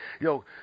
Yo